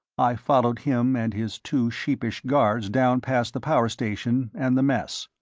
i followed him and his two sheepish guards down past the power section, and the mess.